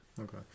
Okay